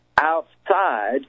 outside